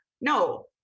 no